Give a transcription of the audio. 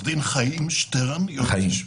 עיריית חיפה, אושרה.